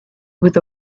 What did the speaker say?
with